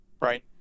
Right